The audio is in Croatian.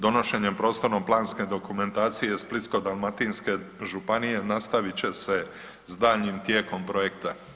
Donošenjem prostorno planske dokumentacije Splitsko-dalmatinske županije nastavit će se s daljnjim tijekom projekta.